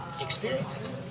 experiences